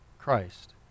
Christ